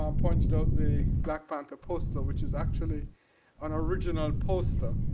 um pointed out the black panther poster, which is actually an original poster,